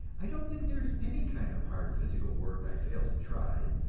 i don't think there is any kind of hard physical work i failed to try,